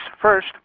First